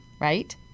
Right